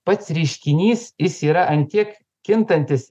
pats reiškinys jis yra ant tiek kintantis